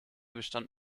bestand